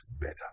better